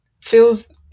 feels